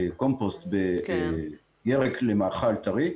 בקומפוסט, בירק למאכל טרי,